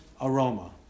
aroma